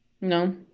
No